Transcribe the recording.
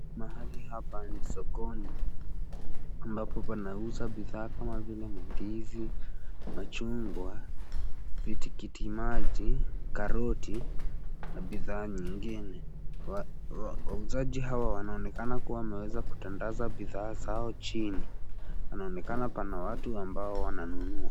Mahali hapa ni sokoni ambapo panauzwa bidhaa kama vile mandizi, machungwa, vitikiti maji, karoti na bidhaa nyingine. Wauzaji hawa wanaonekana kuwa wameweza kutandaza bidhaa zao chini. Panaonekana pana watu ambao wananunua.